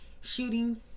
shootings